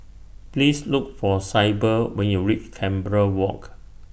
Please Look For Syble when YOU REACH Canberra Walk